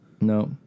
No